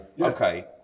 okay